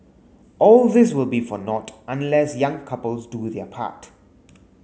all this will be for naught unless young couples do their part